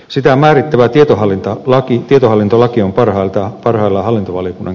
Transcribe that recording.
sitä määrittävä tietohallintolakilääkittietohallintolaki on parhaiten parhaillaan hallintovaliokunnan